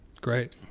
Great